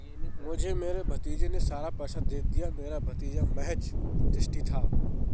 मुझे मेरे भतीजे ने सारा पैसा दे दिया, मेरा भतीजा महज़ ट्रस्टी था